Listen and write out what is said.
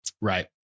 Right